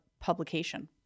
publication